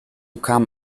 kamen